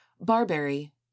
barberry